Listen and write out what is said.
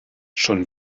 schon